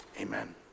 amen